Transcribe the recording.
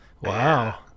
Wow